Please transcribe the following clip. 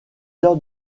heures